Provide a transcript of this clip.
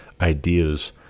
ideas